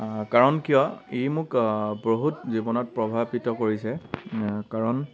কাৰণ কিয় ই মোক বহুত জীৱনত প্ৰভাৱিত কৰিছে কাৰণ